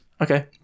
Okay